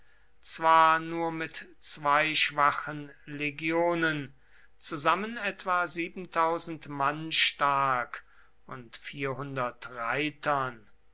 zwar nur mit zwei schwachen legionen zusammen etwa mann stark und reitern